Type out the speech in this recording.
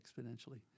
exponentially